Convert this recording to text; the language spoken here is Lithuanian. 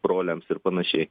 broliams ir panašiai